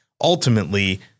ultimately